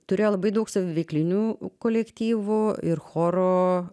turėjo labai daug saviveiklinių kolektyvų ir choro